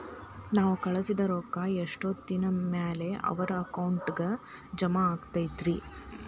ನಾವು ಕಳಿಸಿದ್ ರೊಕ್ಕ ಎಷ್ಟೋತ್ತಿನ ಮ್ಯಾಲೆ ಅವರ ಅಕೌಂಟಗ್ ಜಮಾ ಆಕ್ಕೈತ್ರಿ?